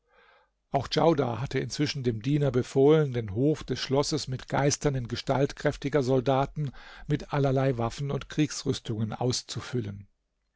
auch djaudar hatte inzwischen dem diener befohlen den hof des schlosses mit geistern in gestalt kräftiger soldaten mit allerlei waffen und kriegsrüstungen auszufüllen